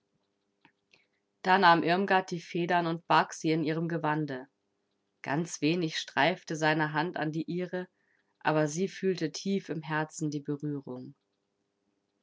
da nahm irmgard die federn und barg sie in ihrem gewande ganz wenig streifte seine hand an die ihre aber sie fühlte tief im herzen die berührung